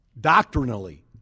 Doctrinally